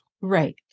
Right